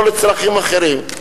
ולא לצרכים אחרים.